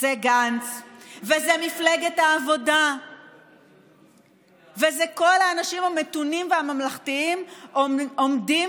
זה גנץ וזו מפלגת העבודה ואלה כל האנשים המתונים והממלכתיים שעומדים